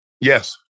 Yes